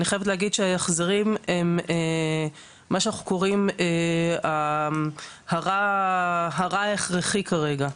אני חייבת להגיד שההחזרים הם מה שאנחנו קוראים הרע ההכרחי כרגע.